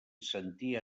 sentia